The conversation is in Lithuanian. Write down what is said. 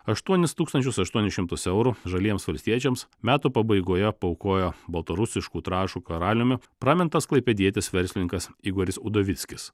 aštuonis tūkstančius aštuonis šimtus eurų žaliems valstiečiams metų pabaigoje paaukojo baltarusiškų trąšų karaliumi pramintas klaipėdietis verslininkas igoris udovickis